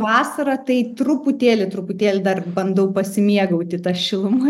vasara tai truputėlį truputėlį dar bandau pasimėgauti ta šiluma